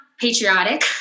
patriotic